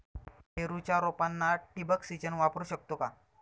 पेरूच्या रोपांना ठिबक सिंचन वापरू शकतो का?